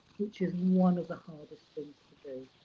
which is one of the hardest things to do.